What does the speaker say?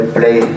play